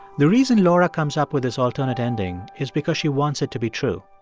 the reason laura comes up with this alternate ending is because she wants it to be true.